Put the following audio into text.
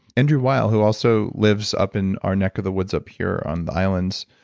andrew weil who also lives up in our neck of the woods up here on the islands.